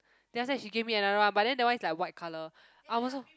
then after that she give me another one but then the one is like white colour I also